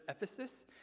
Ephesus